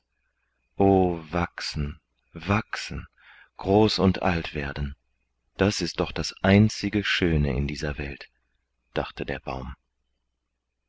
wachsen wachsen groß und alt werden das ist doch das einzige schöne in dieser welt dachte der baum